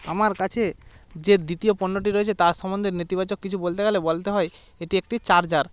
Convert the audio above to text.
আমার কাছে যে দ্বিতীয় পণ্যটি রয়েছে তার সম্বন্ধে নেতিবাচক কিছু বলতে গেলে বলতে হয় এটি একটি চার্জার